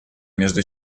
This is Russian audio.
между